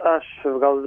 aš gal